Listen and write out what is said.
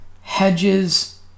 hedges